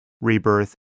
rebirth